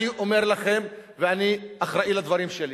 אני אומר לכם, ואני אחראי לדברים שלי: